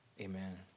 amen